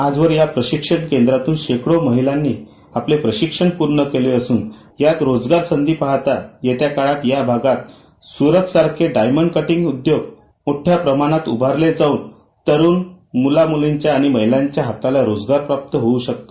आजवर या प्रशिक्षण केंद्रातून शेकडो महिलांनी आपले प्रशिक्षण पूर्ण केले असून यात रोजगार संधी पाहता येत्या काळात या भागात स्रत सारखे डायमंड कटिंग उद्योग मोठ्या प्रमाणात उभारले जाऊन तरुण म्ला म्लीच्या आणि महिलांच्या हाताला रोजगार प्राप्त होऊ शकतो